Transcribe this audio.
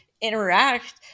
interact